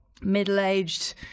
middle-aged